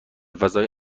فضای